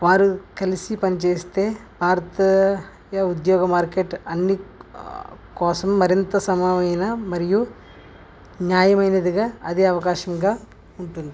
వారు కలిసి పని చేస్తే భారతీయ ఉద్యోగ మార్కెట్ అన్నింటి కోసం మరింత సమయం అయిన మరియు న్యాయమైనదిగా అదే అవకాశంగా ఉంటుంది